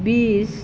বিছ